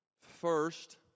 first